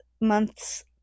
month's